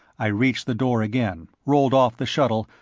i reached the door again, rolled off the shuttle,